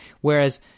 Whereas